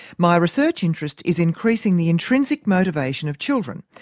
my research interest is, increasingly, intrinsic motivation of children.